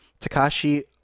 Takashi